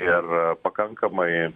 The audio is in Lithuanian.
ir pakankamai